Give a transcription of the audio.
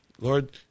Lord